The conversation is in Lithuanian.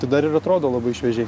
tai dar ir atrodo labai šviežiai